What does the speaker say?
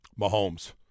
Mahomes